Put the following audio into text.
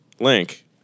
link